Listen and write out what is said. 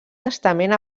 testament